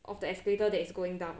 of the escalator that is going down